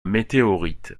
météorite